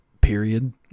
period